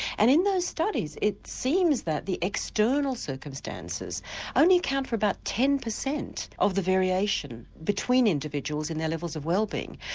and in those studies it seems that the external circumstances only account for about ten percent of the variation between individuals in their levels of wellbeing.